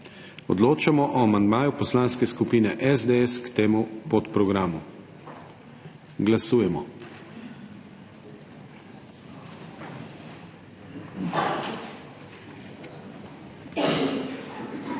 Odločamo o amandmaju Poslanske skupine SDS k temu podprogramu. Glasujemo.